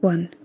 One